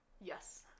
Yes